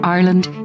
Ireland